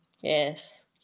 Yes